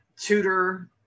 tutor